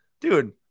Dude